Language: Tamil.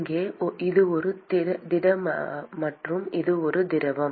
இங்கே இது ஒரு திட மற்றும் இது ஒரு திரவம்